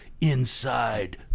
inside